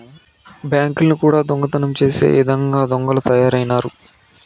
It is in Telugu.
బ్యాంకుల్ని కూడా దొంగతనం చేసే ఇదంగా దొంగలు తయారైనారు